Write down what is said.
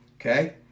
Okay